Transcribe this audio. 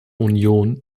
union